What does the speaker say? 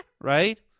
Right